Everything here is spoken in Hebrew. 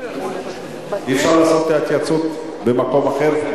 אי-אפשר לקיים את ההתייעצות במקום אחר?